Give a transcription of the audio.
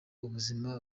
ubuzima